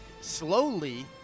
slowly